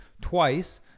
twice